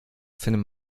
findet